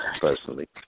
personally